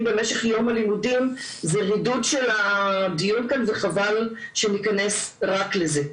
בתחילת יום הלימודים זה רידוד של הדיון כאן וחבל שניכנס רק לזה.